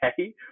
okay